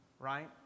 right